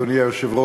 אני חושב,